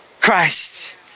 Christ